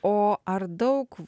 o ar daug